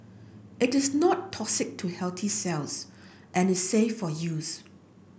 it is not toxic to healthy cells and is safe for use